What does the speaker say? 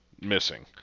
missing